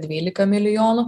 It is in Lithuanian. dvylika milijonų